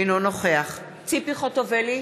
אינו נוכח ציפי חוטובלי,